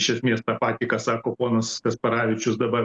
iš esmės tą patį ką sako ponas kasparavičius dabar